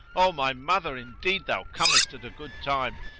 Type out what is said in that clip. o my mother, indeed thou comest at a good time,